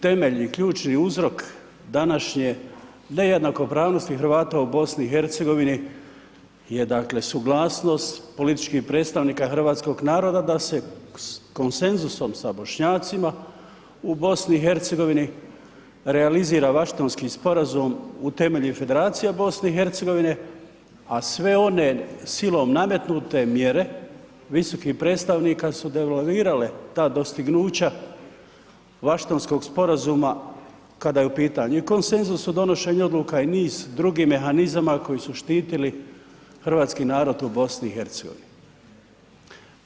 Temeljni ključni uzrok današnje nejednakopravnosti Hrvata u BiH-u je dakle suglasnost političkih predstavnika hrvatskog naroda da se konsenzusom sa Bošnjacima u BiH-u realizira Washingtonski sporazum, utemelji federacija BiH-a a sve one silom nametnute mjere visokih predstavnika su devalvirale ta dostignuća Washingtonskog sporazuma kada je u pitanju i konsenzus o donošenju odluka i niz drugih mehanizama koji su štitili hrvatski narod u BiH-u.